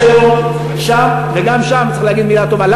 יש היום שם, וגם שם צריך להגיד מילה טובה.